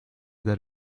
that